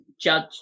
judge